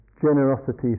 generosity